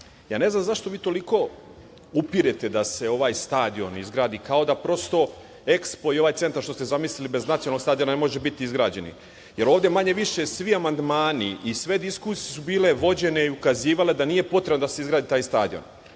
znam zašto vi toliko upirete da se ovaj stadion izgradi kao da prosto EKSPO i ovaj centar što ste zamislili bez nacionalnog stadiona ne može biti izgrađeni, jer ovde manje više svi amandmani i sve diskusije su bile vođene i ukazivale da nije potrebno da se izgradi taj stadion.